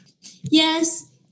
Yes